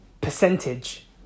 percentage